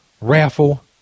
raffle